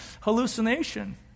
hallucination